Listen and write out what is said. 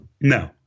No